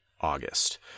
August